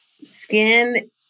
Skin